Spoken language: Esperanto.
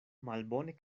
malbone